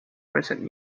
recent